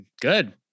Good